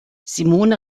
simone